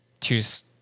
choose